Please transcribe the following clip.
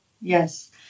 Yes